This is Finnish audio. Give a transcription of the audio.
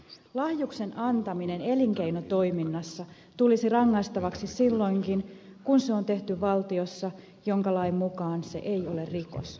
lahjuksen antaminen elinkeinotoiminnassa tulisi rangaistavaksi silloinkin kun se on tehty valtiossa jonka lain mukaan se ei ole rikos